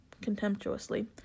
contemptuously